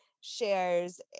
shares